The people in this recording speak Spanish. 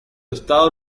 estado